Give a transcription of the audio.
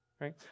right